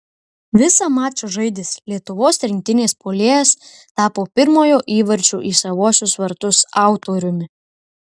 visą mačą žaidęs lietuvos rinktinės puolėjas tapo pirmojo įvarčio į savuosius vartus autoriumi